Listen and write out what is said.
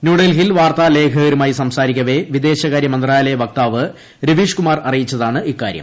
ന്യൂഡൽഹിയിൽ വാർത്താ ലേഖകരുമായി സംസാരിക്കവെ വിദേശകാരൃ മന്ത്രാലയ വക്താവ് രവീഷ് കുമാർ അറിയിച്ചതാണ് ഇക്കാര്യം